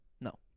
No